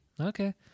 Okay